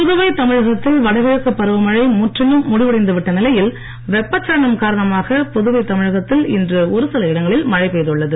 புதுவை தமிழகத்தில் வடகிழக்கு பருவமழை முடிவடைந்துவிட்ட நிலையில் வெப்பச்சலனம் காரணமாக புதுவை தமிழகத்தில் ஒருசில இடங்களில் மழை பெய்துள்ளது